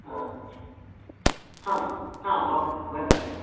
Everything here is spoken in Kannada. ಹಾಂ ಹಾಂ ಹಾಂ ಓಕೆ ಸರ್ ಬನ್ನಿ ಸರ್ ಬನ್ನಿ